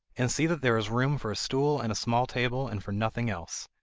and see that there is room for a stool and a small table, and for nothing else.